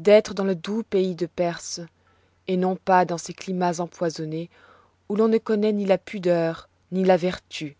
d'être dans le doux pays de perse et non pas dans ces climats empoisonnés où l'on ne connoît ni la pudeur ni la vertu